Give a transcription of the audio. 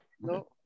no